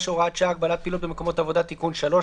(הוראת שעה) (הגבלת פעילות במקומות עבודה) (תיקון מס' 3),